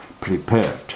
prepared